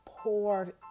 poured